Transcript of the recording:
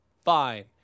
Fine